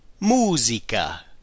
musica